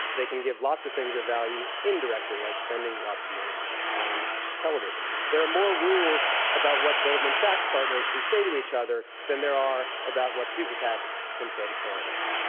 they can give lots of things of value indirectly, like spending lots of money on television. there are more rules about what goldman sachs' partners can say to each other than there are about what super pacs can say to candidates.